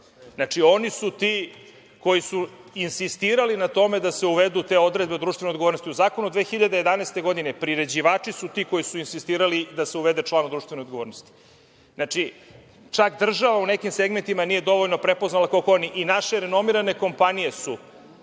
država. Znači, oni su ti koji su insistirali na tome da se uvedu te odredbe društvene odgovornosti u Zakonu od 2011. godine, priređivači su ti koji su insistirali da se uvede član o društvenoj odgovornosti. Znači, čak država u nekim segmentima nije dovoljno prepoznala koliko oni. I naše renomirane kompanije su,